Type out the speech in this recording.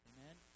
Amen